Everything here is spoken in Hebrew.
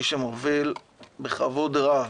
מי שמוביל בכבוד רב